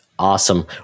Awesome